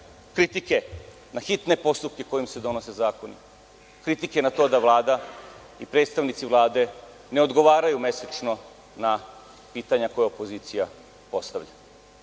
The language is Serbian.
kritike na hitne postupke kojim se donose zakoni, kritike na to da Vlada i predstavnici Vlade ne odgovaraju mesečno na pitanja koje opozicija postavlja. Obaveza